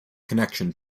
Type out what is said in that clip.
connection